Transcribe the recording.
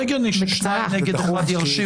אם השלטון בא לשלול זכות מפלוני האזרח,